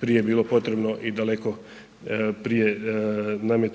prije bilo potrebno i daleko prije nam je